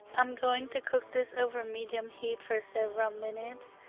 i'm going to cook this over medium heat for several minutes.